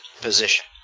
position